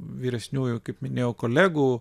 vyresniųjų kaip minėjau kolegų